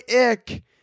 ick